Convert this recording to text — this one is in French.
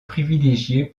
privilégié